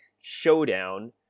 showdown